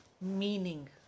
meaning